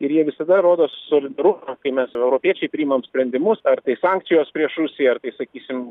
ir jie visada rodo solidarumą kai mes europiečiai priimam sprendimus ar tai sankcijos prieš rusiją ar tai sakysim